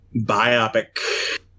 Biopic